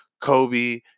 Kobe